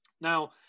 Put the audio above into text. Now